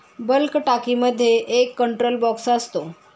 bulk टाकीमध्ये एक control box असतो